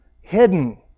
hidden